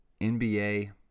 NBA